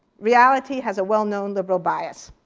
reality has a well-known liberal bias.